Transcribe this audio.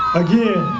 again,